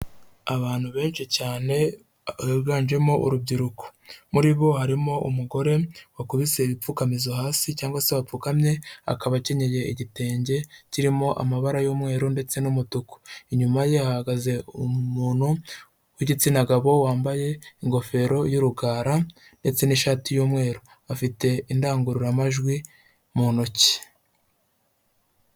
Abantu benshi cyane biganjemo urubyiruko muri bo harimo umugore wakubise ipfukamizo hasi cyangwa se wapfukamye akaba akenyeye igitenge kirimo amabara y'umweru ndetse n'umutuku, inyuma ye hahagaze umuntu w'igitsina gabo wambaye ingofero y'urugara ndetse n'ishati y'umweru, afite indangururamajwi mu ntoki.